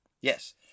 Yes